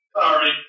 Sorry